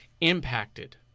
impacted